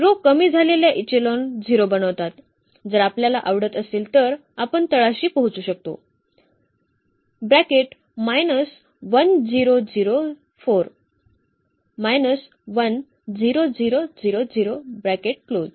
row कमी झालेल्या echelon 0 बनवतात जर आपल्याला आवडत असेल तर आपण तळाशी पोहोचू शकतो